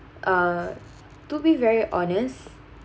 uh to be very honest